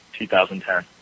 2010